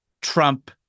Trump